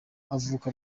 avuka